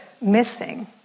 missing